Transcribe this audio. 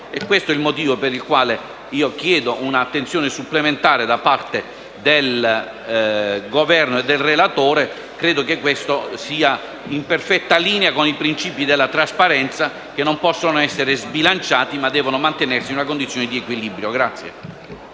Questo è il motivo per il quale chiedo un'attenzione supplementare da parte del Governo e del relatore. Credo che questo emendamento sia perfettamente in linea con i principi della trasparenza che non possono essere sbilanciati, ma devono mantenersi in una condizione di equilibrio. **Saluto